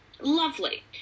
Lovely